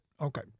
Okay